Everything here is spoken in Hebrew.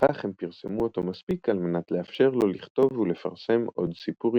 בכך הם פרסמו אותו מספיק על מנת לאפשר לו לכתוב ולפרסם עוד סיפורים.